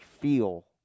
feel